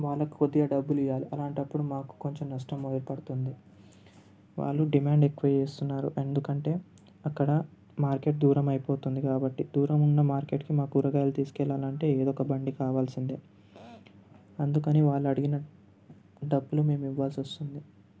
వాళ్ళకు కొద్దిగా డబ్బులు ఇవ్వాలి అలాంటప్పుడు మాకు కొంచెం నష్టం ఏర్పడుతుంది వాళ్ళు డిమాండ్ ఎక్కువ చేస్తున్నారు ఎందుకంటే అక్కడ మార్కెట్ దూరం అయిపోతుంది కాబట్టి దూరం ఉన్న మార్కెట్కి మా కూరగాయలు తీసుకెళ్ళాలి అంటే ఏదో ఒక బండి కావాల్సిందే అందుకని వాళ్ళు అడిగిన డబ్బులు మేము ఇవ్వాల్సి వస్తుంది